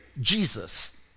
Jesus